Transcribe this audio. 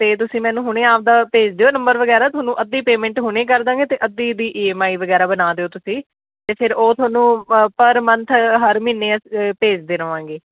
ਅਤੇ ਤੁਸੀਂ ਮੈਨੂੰ ਹੁਣ ਆਪਣਾ ਭੇਜ ਦਿਓ ਨੰਬਰ ਵਗੈਰਾ ਤੁਹਾਨੂੰ ਅੱਧੀ ਪੇਮੈਂਟ ਹੁਣ ਕਰ ਦਾਂਗੇ ਅਤੇ ਅੱਧੀ ਦੀ ਈ ਐਮ ਆਈ ਵਗੈਰਾ ਬਣਾ ਦਿਓ ਤੁਸੀਂ ਅਤੇ ਫਿਰ ਉਹ ਤੁਹਾਨੂੰ ਅ ਪਰ ਮੰਥ ਹਰ ਮਹੀਨੇ ਅਸ ਭੇਜਦੇ ਰਹਾਂਗੇ